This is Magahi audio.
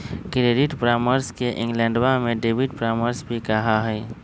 क्रेडिट परामर्श के इंग्लैंडवा में डेबिट परामर्श भी कहा हई